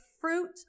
fruit